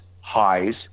highs